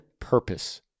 purpose